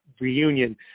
reunion